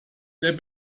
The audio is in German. der